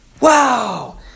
Wow